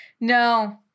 no